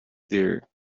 their